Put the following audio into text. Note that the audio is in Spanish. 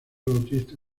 bautista